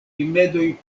rimedoj